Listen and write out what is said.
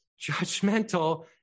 judgmental